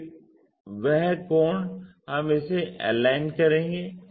तो वह कोण हम इसे एलाइन करेंगे